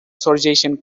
sorgeixen